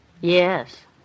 Yes